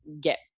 get